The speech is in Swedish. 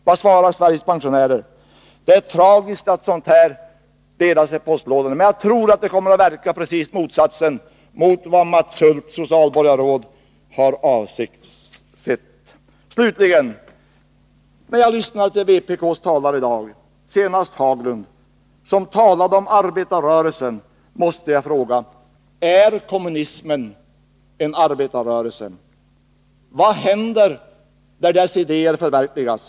Vad svarar Sveriges pensionärer? Det är tragiskt att sådant här delas ut i postlådorna. Men jag tror att det kommer att ha en verkan helt motsatt den som Mats Hulth, socialborgarråd, har avsett. Slutligen: Efter att ha lyssnat på vad vpk:s företrädare — senast Lars-Ove Hagberg — i dag har sagt om arbetarrörelsen, måste jag fråga: Är kommunismen en arbetarrörelse? Vad händer när dess idéer förverkligas?